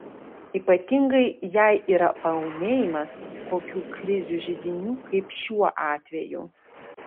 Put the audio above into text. ypatingai jei yra paūmėjimas kokių krizių židinių kaip šiuo atveju